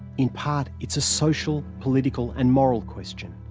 in part, it's a social, political and moral question.